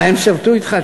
מה, הם שירתו אתך?